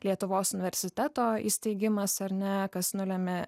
lietuvos universiteto įsteigimas ar ne kas nulemia